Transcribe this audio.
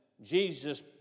Jesus